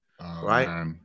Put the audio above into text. right